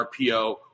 RPO